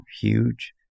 huge